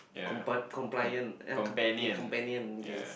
compi~ complaint ah companion yes